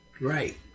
Right